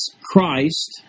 Christ